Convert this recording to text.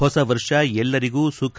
ಹೊಸ ವರ್ಷ ಎಲ್ಲರಿಗೂ ಸುಖ